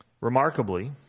Remarkably